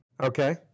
Okay